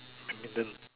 badminton